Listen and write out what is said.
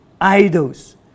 idols